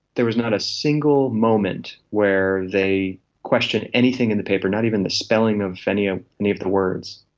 there was not a single moment where they questioned anything in the paper. not even the spelling of any ah any of the words.